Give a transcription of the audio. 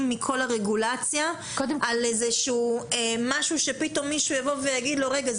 מכול הרגולציה על איזה שהוא משהו שפתאום מישהו יבוא ויגיד: רגע,